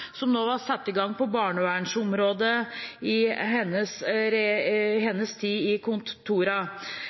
som nå er satt i gang på barnevernsområdet i løpet av hennes tid i